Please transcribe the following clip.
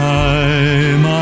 time